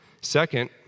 Second